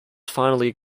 finally